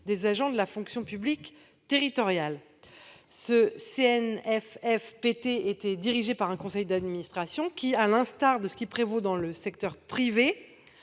des agents de la fonction publique territoriale. Il était dirigé par un conseil d'administration, lequel gérait- à l'instar de ce qui prévaut dans le secteur privé